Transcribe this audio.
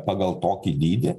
pagal tokį dydį